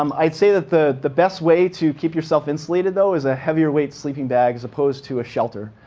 um i'd say that the the best way to keep yourself insulated, though, is a heavier weight sleeping bag as opposed to a shelter.